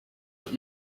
but